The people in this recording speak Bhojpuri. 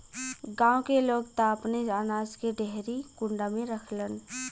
गांव के लोग त अपने अनाज के डेहरी कुंडा में रखलन